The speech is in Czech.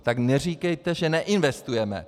Tak neříkejte, že neinvestujeme.